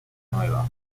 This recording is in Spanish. nueva